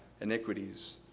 iniquities